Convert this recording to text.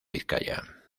vizcaya